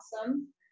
awesome